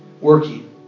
working